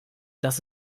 dass